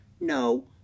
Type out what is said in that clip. No